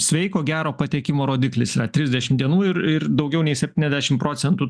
sveiko gero patekimo rodiklis yra trisdešim dienų ir ir daugiau nei septyniasdešim procentų